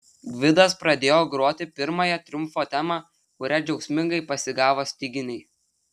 gvidas pradėjo groti pirmąją triumfo temą kurią džiaugsmingai pasigavo styginiai